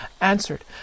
answered